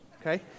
okay